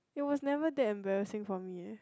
it was never that embarrassing for me leh